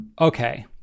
Okay